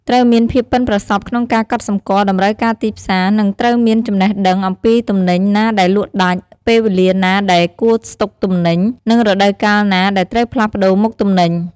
ត្រូវមានភាពប៉ិនប្រសប់ក្នុងការកត់សម្គាល់តម្រូវការទីផ្សារ និងត្រូវមានចំណេះដឹងអំពីទំនិញណាដែលលក់ដាច់ ពេលវេលាណាដែលគួរស្ដុកទំនិញ និងរដូវកាលណាដែលត្រូវផ្លាស់ប្ដូរមុខទំនិញ។